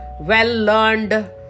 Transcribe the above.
well-learned